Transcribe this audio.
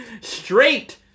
straight